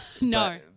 No